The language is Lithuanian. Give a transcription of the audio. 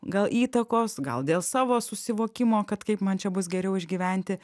gal įtakos gal dėl savo susivokimo kad kaip man čia bus geriau išgyventi